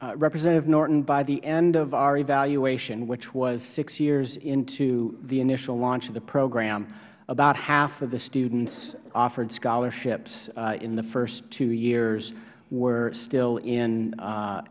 wolf representative norton by the end of our evaluation which was six years into the initial launch of the program about half of the students offered scholarships in the first two years were still in